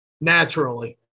naturally